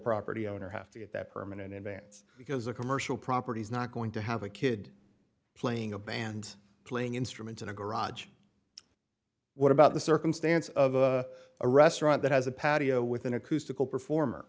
property owner have to get that permanent advance because a commercial property is not going to have a kid playing a band playing instruments in a garage what about the circumstance of a restaurant that has a patio with an acoustical performer